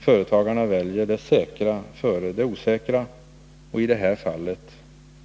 Företagarna väljer det säkra före det osäkra, och i det här fallet